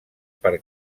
per